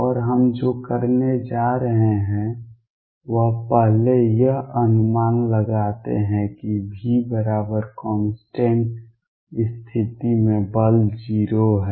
और हम जो करने जा रहे हैं वह पहले यह अनुमान लगाते हैं कि Vconstant स्थिति में बल 0 है